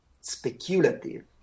speculative